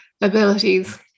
abilities